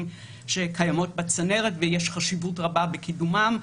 שקיימות בצנרת ויש חשיבות רבה בקידומן.